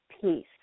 peace